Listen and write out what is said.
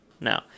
No